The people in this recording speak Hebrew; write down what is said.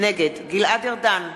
נגד גלעד ארדן,